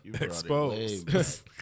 Exposed